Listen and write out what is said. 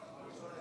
על